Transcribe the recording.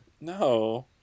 No